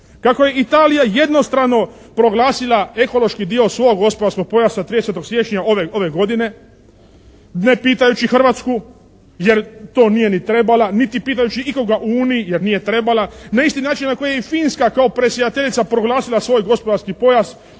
Kako je Italija jednostrano proglasila ekološki dio svog gospodarskog pojasa 30. siječnja ove godine ne pitajući Hrvatsku jer to nije ni trebala niti pitajući ikoga u Uniji jer nije trebala, na isti način na koji je i Finska kao predsjedateljica proglasila svoj gospodarski pojas